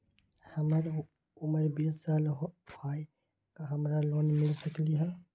हमर उमर बीस साल हाय का हमरा लोन मिल सकली ह?